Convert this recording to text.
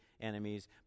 enemies